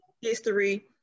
history